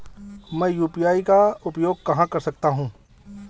मैं यू.पी.आई का उपयोग कहां कर सकता हूं?